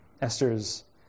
Esther's